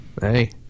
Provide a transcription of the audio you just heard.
Hey